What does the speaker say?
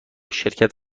شرکت